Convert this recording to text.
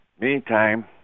Meantime